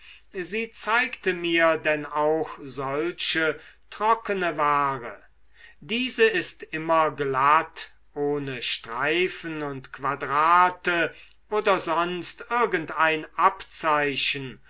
sie zeigte mir denn auch solche trockene ware diese ist immer glatt ohne streifen und quadrate oder sonst irgendein abzeichen